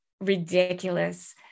ridiculous